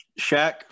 Shaq